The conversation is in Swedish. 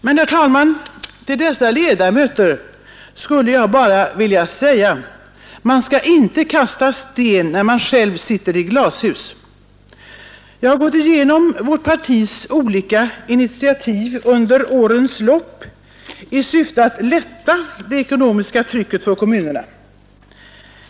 Men, herr talman, till dessa ledamöter skulle jag bara vilja säga: Man skall inte kasta sten, när man själv sitter i glashus! Jag har gått igenom vårt partis olika initiativ under årens lopp i syfte att lätta det ekonomiska trycket på kommunerna.